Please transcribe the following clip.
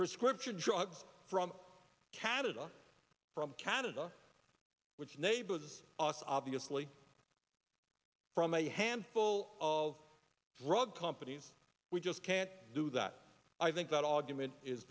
prescription drugs from canada from canada which neighbor was us obviously from a handful of drug companies we just can't do that i think that argument is